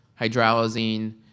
hydralazine